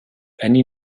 any